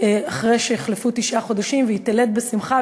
אחרי שיחלפו תשעה חודשים והיא תלד בשמחה,